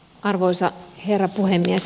arvoisa herra puhemies